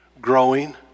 growing